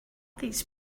these